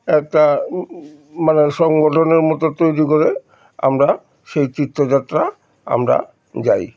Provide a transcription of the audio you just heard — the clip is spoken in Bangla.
একটা মানে সংগঠনের মতো তৈরি করে আমরা সেই তীর্থযাত্রা আমরা যাই